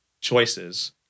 choices